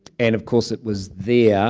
and of course it was there